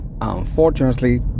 unfortunately